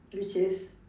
which is